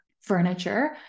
furniture